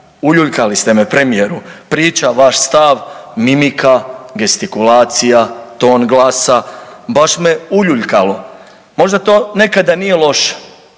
uljuljkali ste me, premijeru. Priča, vaš stav, mimika, gestikulacija, ton glasa, baš me uljuljkalo. Možda to nekada nije loše,